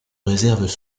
réserves